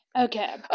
Okay